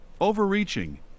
overreaching